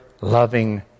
loving